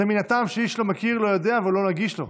זה מהטעם שאיש לא מכיר, לא יודע ולא נגיש לו,